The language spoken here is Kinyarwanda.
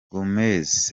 gomez